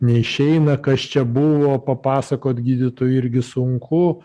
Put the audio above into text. neišeina kas čia buvo papasakot gydytojui irgi sunku